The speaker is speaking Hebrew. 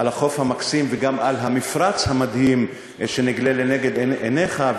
על החוף המקסים וגם על המפרץ המדהים שנגלה לנגד עיניך,